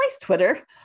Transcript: Twitter